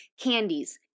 candies